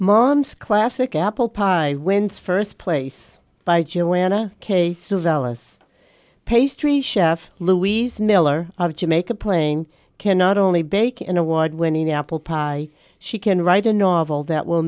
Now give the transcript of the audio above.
mom's classic apple pie wins first place by joanna case of ellis pastry chef luis miller of jamaica playing cannot only bake an award winning apple pie she can write a novel that will